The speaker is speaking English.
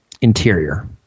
interior